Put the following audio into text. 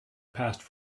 passed